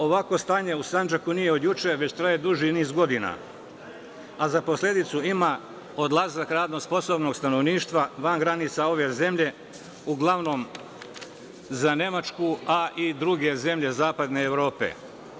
Ovakvo stanje u Sandžaku nije od juče već traje duži niz godina, a za posledicu ima odlazak radno sposobnog stanovništva van granica ove zemlje uglavnom za Nemačku, a i u druge zemlje zapadne Evrope.